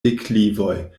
deklivoj